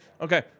okay